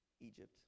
Egypt